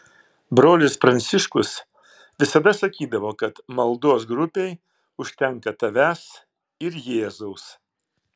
brolis pranciškus visada sakydavo kad maldos grupei užtenka tavęs ir jėzaus